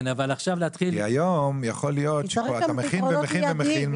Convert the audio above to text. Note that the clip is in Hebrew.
כי היום יכול להיות שאתה מכין ומכין ומכין,